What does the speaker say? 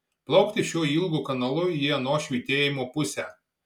plaukti šiuo ilgu kanalu į ano švytėjimo pusę